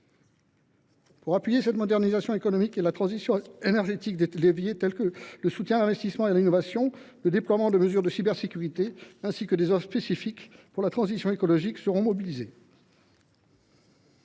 Pour appuyer cette modernisation économique et la transition énergétique, des leviers tels que le soutien à l’investissement et à l’innovation, le déploiement de mesures de cybersécurité, ainsi que des offres spécifiques pour la transition écologique seront mobilisés.